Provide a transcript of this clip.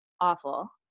awful